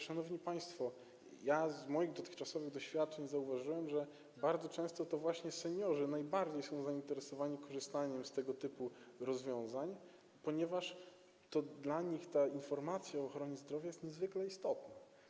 Szanowni państwo, z moich dotychczasowych doświadczeń wynika, że bardzo często to właśnie seniorzy są najbardziej zainteresowani korzystaniem z tego typu rozwiązań, ponieważ dla nich ta informacja o ochronie zdrowia jest niezwykle istotna.